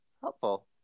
Helpful